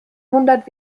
hundert